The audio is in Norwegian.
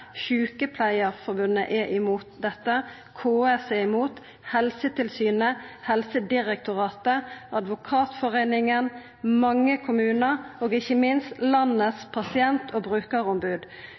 Sjukepleiarforbundet, KS, Helsetilsynet, Helsedirektoratet, Advokatforeininga, mange kommunar og ikkje minst landets